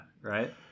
Right